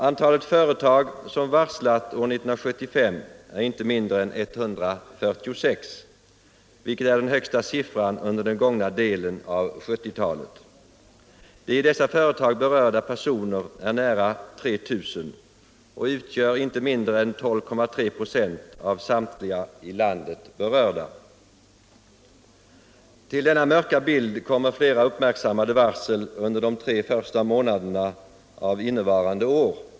Antalet företag som varslat år 1975 är inte mindre än 146, vilket är den högsta siffran under den gångna delen av 1970-talet. De i dessa företag berörda personerna är nära 3 000 och utgör inte mindre än 12.3 26 av samtliga i landet berörda. Till denna mörka bild kommer fera uppmiirksammade varsel under de tre första månaderna innevarande år.